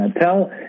tell